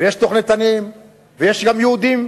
ויש תוכניתנים, ויש גם יהודים,